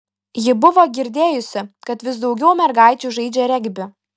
ji buvo girdėjusi kad vis daugiau mergaičių žaidžią regbį